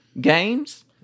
Games